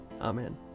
Amen